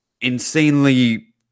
insanely